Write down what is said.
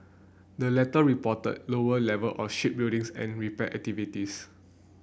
the latter reported lower level of ship buildings and repair activities